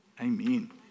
amen